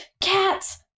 cats